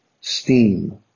Steam